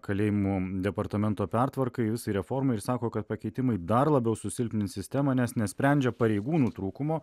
kalėjimų departamento pertvarkai visai reformai ir sako kad pakeitimai dar labiau susilpnins sistemą nes nesprendžia pareigūnų trūkumo